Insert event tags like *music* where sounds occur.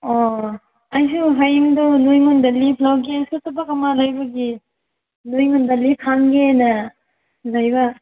ꯑꯣ ꯑꯩꯁꯨ ꯍꯌꯦꯡꯗꯣ ꯅꯣꯏꯉꯣꯟꯗ ꯂꯤꯐ ꯂꯧꯒꯦ *unintelligible* ꯑꯃ ꯂꯩꯕꯒꯤ ꯅꯣꯏꯉꯣꯟꯗ ꯂꯤꯐ ꯍꯪꯒꯦꯅ ꯂꯩꯕ